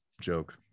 joke